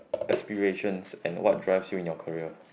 aspirations and what drives you in your career